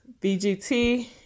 BGT